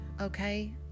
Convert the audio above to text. okay